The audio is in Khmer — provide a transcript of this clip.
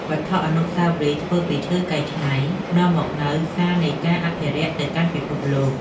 វត្ថុអនុស្សាវរីយ៍ធ្វើពីឈើកែច្នៃ នាំមកនូវសារនៃការអភិរក្សទៅកាន់ពិភពលោក។